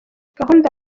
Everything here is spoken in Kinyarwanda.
gahunda